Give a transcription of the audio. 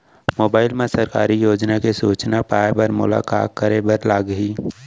mobile मा सरकारी योजना के सूचना पाए बर मोला का करे बर लागही